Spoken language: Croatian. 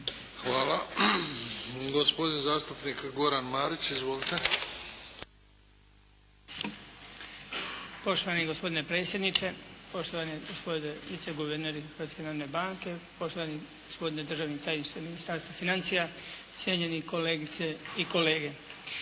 Hvala. Gospodin zastupnik Goran Marić. Izvolite. **Marić, Goran (HDZ)** Poštovani gospodine predsjedniče, poštovani gospodine vice guverner Hrvatske narodne banke, poštovani gospodine državni tajniče u Ministarstvu financija, cijenjeni kolegice i kolege.